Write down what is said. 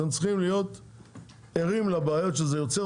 אתם צריכים להיות ערים לבעיות שזה יוצר,